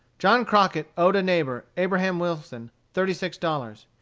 john crockett owed a neighbor, abraham wilson, thirty-six dollars.